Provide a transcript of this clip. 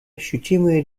ощутимые